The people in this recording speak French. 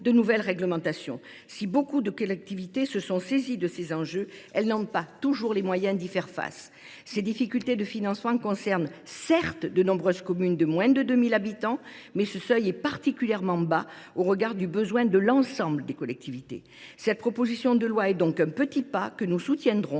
de nouvelles réglementations. Si nombre de collectivités se sont saisies de ces enjeux, elles n’ont pas toujours les moyens d’y faire face. Ces difficultés de financement concernent, certes, de nombreuses communes de moins de 2 000 habitants, mais ce seuil est particulièrement bas, au regard du besoin de l’ensemble des collectivités. Cette proposition de loi est donc un petit pas, que nous soutiendrons.